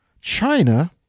China